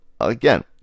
again